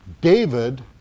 David